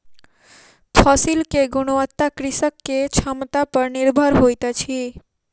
फसिल के गुणवत्ता कृषक के क्षमता पर निर्भर होइत अछि